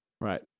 right